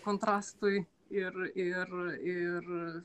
kontrastui ir ir ir